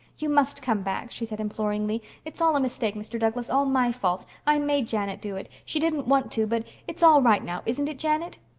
you must come back, she said imploringly. it's all a mistake, mr. douglas all my fault. i made janet do it. she didn't want to but it's all right now, isn't it, janet?